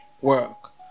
Work